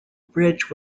bridge